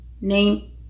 name